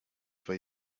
for